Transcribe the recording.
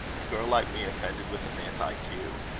a girl like me offended with a man like you?